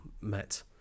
met